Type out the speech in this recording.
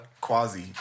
Quasi